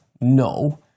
No